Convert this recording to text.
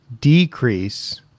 decrease